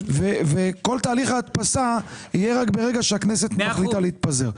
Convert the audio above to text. כל תהליך ההדפסה יהיה רק ברגע שהכנסת החליטה להתפזר.